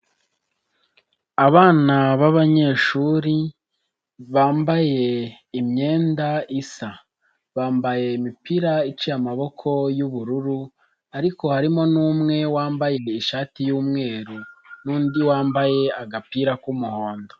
Abana bbanyeshuri bambaye imyenda isa, bambaye imipira iciye amaboko y'ubururu ariko harimo umwe wambaye ishati y'umweru n'undi wambaye agapira k'umuhondo.